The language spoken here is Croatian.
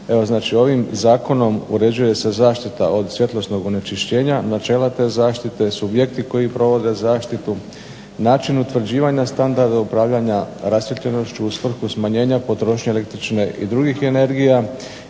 ovim zakonom uređuje se zaštita od svjetlosnog onečišćenja, načela te zaštite, subjekti koji provode zaštitu, način utvrđivanja standarda upravljanja rasvijetljenošću u svrhu smanjenja potrošnje električne i drugih energija,